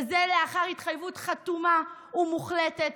וזה לאחר התחייבות חתומה ומוחלטת,